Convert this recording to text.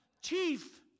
Chief